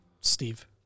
Steve